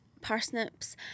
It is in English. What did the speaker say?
parsnips